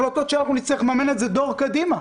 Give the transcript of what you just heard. האלה החלטות שאנחנו נצטרך לממן איזה דור קדימה.